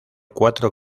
cuatro